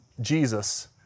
Jesus